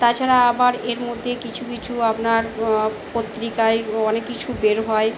তাছাড়া আবার এর মধ্যে কিছু কিছু আপনার পত্রিকায় অনেক কিছু বের হয়